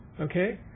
Okay